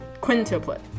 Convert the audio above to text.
Quintuplet